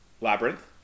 Labyrinth